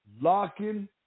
Locking